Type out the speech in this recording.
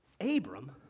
Abram